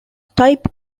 type